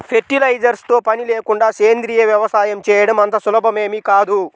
fertilisers తో పని లేకుండా సేంద్రీయ వ్యవసాయం చేయడం అంత సులభమేమీ కాదు